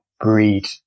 breed